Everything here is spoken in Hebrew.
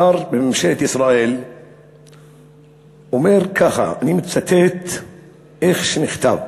שר בממשלת ישראל אומר כך, אני מצטט איך שנכתב,